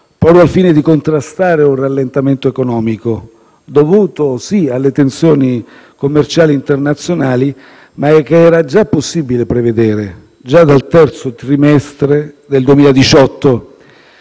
proprio al fine di contrastare il rallentamento economico dovuto - sì - alle tensioni commerciali internazionali e che era possibile prevedere già dal terzo trimestre del 2018.